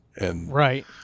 Right